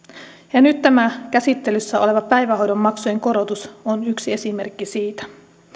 ja nyt tämä käsittelyssä oleva päivähoidon maksujen korotus on yksi esimerkki siitä